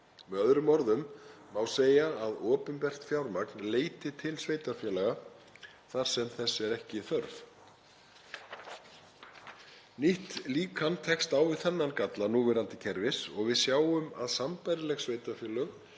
Með öðrum orðum má segja að opinbert fjármagn leiti til sveitarfélaga þar sem þess er ekki þörf. Nýtt líkan tekst á við þennan galla núverandi kerfis og við sjáum að sambærileg sveitarfélög